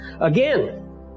Again